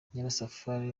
nyirasafari